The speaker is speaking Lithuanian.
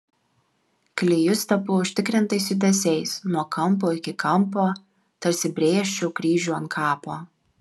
klijus tepu užtikrintais judesiais nuo kampo iki kampo tarsi brėžčiau kryžių ant kapo